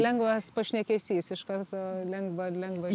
lengvas pašnekesys iš karto lengva lengva